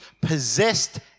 possessed